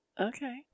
Okay